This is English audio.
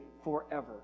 forever